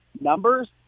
numbers